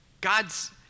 God's